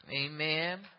Amen